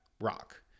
rock